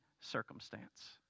circumstance